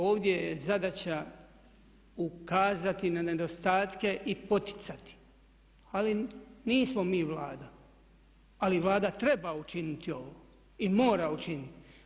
Ovdje je zadaća ukazati na nedostatke i poticati, ali nismo mi Vlada, ali Vlada treba učiniti ovo i mora učiniti.